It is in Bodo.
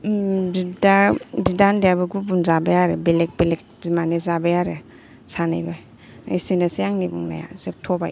बिदा उन्दैयाबो गुबुन जाबाय आरो बेलेक बेलेक बिमानि जाबाय आरो एसेनोसै आंनि बुंनाया जोबथ'बाय